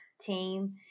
team